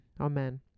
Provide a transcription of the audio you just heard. Amen